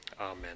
Amen